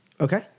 Okay